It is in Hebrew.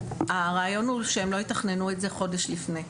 הרעיון הוא שהם לא יתכננו את זה חודש לפני,